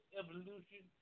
evolution